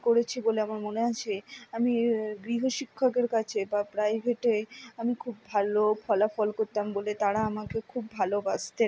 করেছি বলে আমার মনে আছে আমি গৃহ শিক্ষকের কাছে বা প্রাইভেটে আমি খুব ভালো ফলাফল করতাম বলে তারা আমাকে খুব ভালোবাসতেন